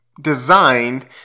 designed